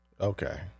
Okay